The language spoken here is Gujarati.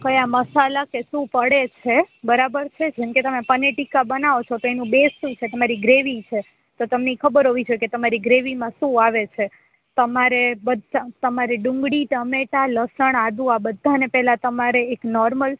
ક્યા મસાલા કે શું પળે છે બરાબર છે જેમકે પનીર ટીકા બનાવો છો તો એનું બેસ શું છે તમારી ગ્રેવી છે તો તમને ઇ ખબર હોવી જોવેકે તમારી ઇ ગ્રેવીમાં શું આવે છે તમારે બધા તમારે ડુંગળી ટમેટાં લસણ આદું આ બધાને પેલા તમારે એક નોર્મલ